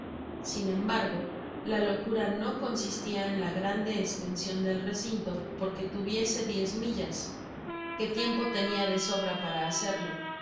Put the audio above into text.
sin embargo la locura no consistia en la grande estansion del recinto porque tuviese diez millas que tiempo tenia de sobra para hacerlo